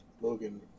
Logan